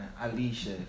Alicia